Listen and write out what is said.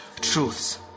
truths